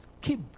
keep